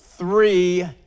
Three